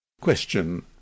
Question